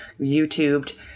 YouTubed